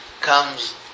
comes